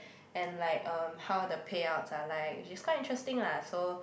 and like um how the payouts are like which is quite interesting lah so